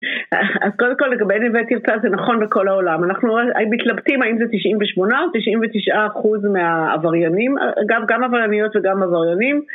אז קודם כל לגבי נווה תרצה זה נכון לכל העולם, אנחנו מתלבטים האם זה 98 או 99 אחוז מהעבריינים, גם עברייניות וגם עבריינים